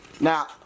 Now